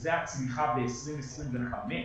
שזאת הצמיחה ב-2025,